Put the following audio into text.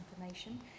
information